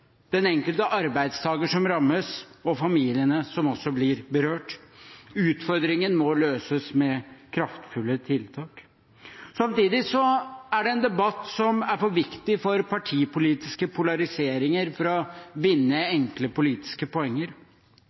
den enkelte arbeidstager som rammes, og familiene som også blir berørt. Utfordringen må løses med kraftfulle tiltak. Samtidig er dette en debatt som er for viktig for partipolitiske polariseringer for å vinne enkle politiske poenger.